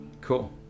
Cool